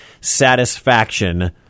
satisfaction